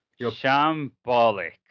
shambolic